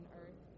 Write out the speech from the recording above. earth